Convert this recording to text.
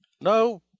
no